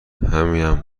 همینم